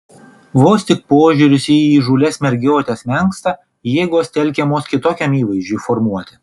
vos tik požiūris į įžūlias mergiotes menksta jėgos telkiamos kitokiam įvaizdžiui formuoti